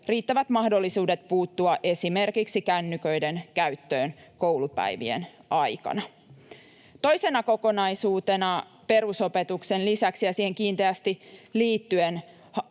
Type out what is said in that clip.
riittävät mahdollisuudet puuttua esimerkiksi kännyköiden käyttöön koulupäivien aikana. Toisena kokonaisuutena perusopetuksen lisäksi ja siihen kiinteästi liittyen